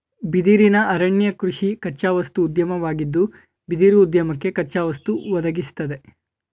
ಬಿದಿರಿನ ಅರಣ್ಯೀಕರಣಕೃಷಿ ಕಚ್ಚಾವಸ್ತು ಉದ್ಯಮವಾಗಿದ್ದು ಬಿದಿರುಉದ್ಯಮಕ್ಕೆ ಕಚ್ಚಾವಸ್ತು ಒದಗಿಸ್ತದೆ